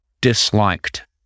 disliked